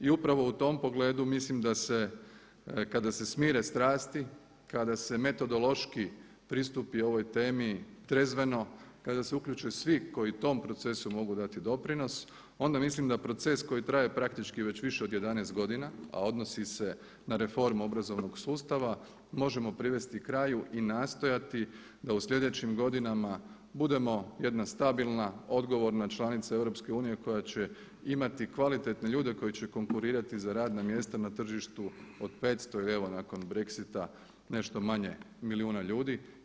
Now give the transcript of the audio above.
I upravo u tom pogledu mislim da se kada se smire strasti, kada se metodološki pristupi ovoj temi, trezveno, kada se uključe svi koji tom procesu mogu dati doprinos onda mislim da proces koji traje praktički već više od 11 godina, a odnosi se na reformu obrazovnog sustava možemo privesti kraju i nastojati da u slijedećim godinama budemo jedna stabilna, odgovorna članica EU koja će imati kvalitetne ljude koji je konkurirati za radna mjesta na tržištu od 500 ili evo nakon Brexita nešto manje milijuna ljudi.